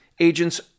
Agents